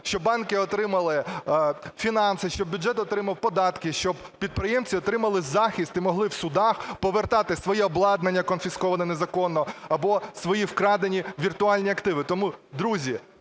щоб банки отримали фінанси, щоб бюджет отримав податки, щоб підприємці отримали захист і могли в судах повертати своє обладнання, конфісковане незаконно, або свої вкрадені віртуальні активи. Тому, друзі,